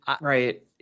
Right